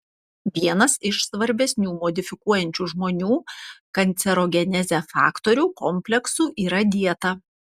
vienas iš svarbesnių modifikuojančių žmonių kancerogenezę faktorių kompleksų yra dieta